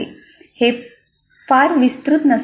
हे फार विस्तृत नसावे